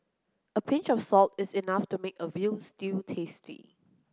a pinch of salt is enough to make a veal stew tasty